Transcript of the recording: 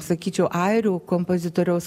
sakyčiau airių kompozitoriaus